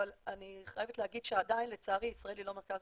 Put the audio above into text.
אבל אני חייבת להגיד שעדיין לצערי ישראל היא לא מרכז